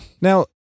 Now